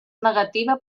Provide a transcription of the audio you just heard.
negativa